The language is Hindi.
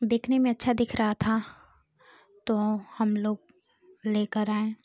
देखने में अच्छा दिख रहा था तो हम लोग लेकर आए